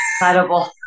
incredible